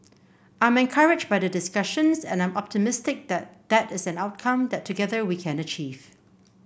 I'm encouraged by the discussions and I am optimistic that that is an outcome that together we can achieve